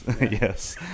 Yes